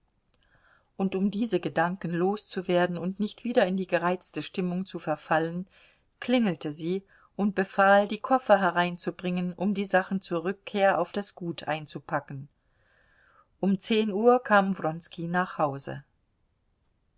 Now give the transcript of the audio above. und um diese gedanken loszuwerden und nicht wieder in die gereizte stimmung zu verfallen klingelte sie und befahl die koffer hereinzubringen um die sachen zur rückkehr auf das gut einzupacken um zehn uhr kam wronski nach hause